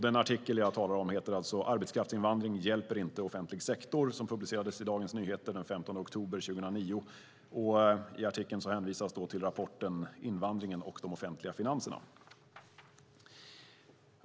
Den artikel jag talar om har rubriken "Arbetskraftsinvandring hjälper inte offentlig sektor" och publicerades i Dagens Nyheter den 15 oktober 2009. I artikeln hänvisas till rapporten Invandringen och de offentliga finanserna .